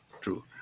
True